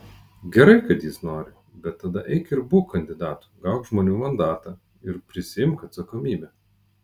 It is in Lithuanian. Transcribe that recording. gerai kad jis nori bet tada eik ir būk kandidatu gauk žmonių mandatą ir prisiimk atsakomybę